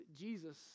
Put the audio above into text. Jesus